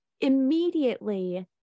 immediately